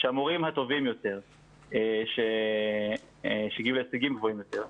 שהמורים הטובים יותר שהגיעו להישגים גבוהים יותר,